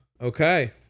Okay